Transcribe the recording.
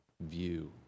view